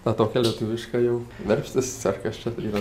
tą tokią lietuvišką jau verpstis ar kas čia yra